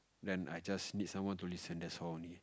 then I just need someone to listen that's all only